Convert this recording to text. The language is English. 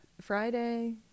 Friday